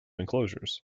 enclosures